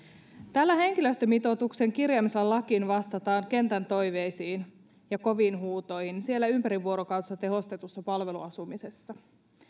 tällä henkilöstömitoituksen kirjaamisella lakiin vastataan kentän toiveisiin ja koviin huutoihin siellä ympärivuorokautisessa tehostetussa palveluasumisessa